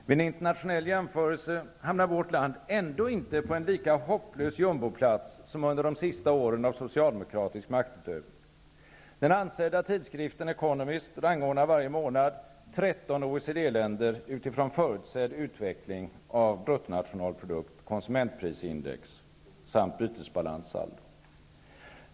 Vid en internationell jämförelse hamnar vårt land ändå inte på en lika hopplös jumboplats som under de sista åren av socialdemokratisk maktutövning. Den ansedda tidskriften Economist rangordnar varje månad 13 OECD-länder utifrån förutsedd utveckling av bruttonationalprodukt, konsumentprisindex samt bytesbalanssaldo.